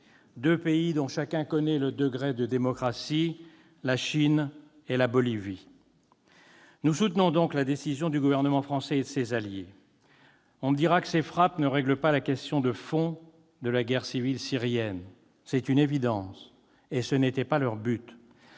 deux pays dont chacun connaît le degré de démocratie : la Chine et la Bolivie. Nous soutenons donc la décision du gouvernement français et de ses alliés. On me dira que ces frappes ne règlent pas la question de fond de la guerre civile syrienne. C'est une évidence, et ce n'était pas leur but.